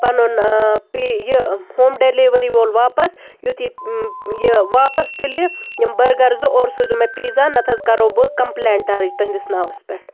پَنُن پی یہِ ہوم ڈیلوٕری وول واپَس یُتھ یہِ یہِ واپَس تُلہِ یِم بٔرگَر زٕ اوٚرٕ سوٗزیوٗ مےٚ پیٖزا نَتہٕ حظ کَرَو بہٕ کَمپٕلینٹ درج تُہٕنٛدِس ناوَس پٮ۪ٹھ